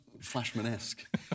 Flashman-esque